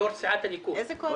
יושב-ראש סיעת הליכוד.